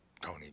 Tony